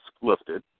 lifted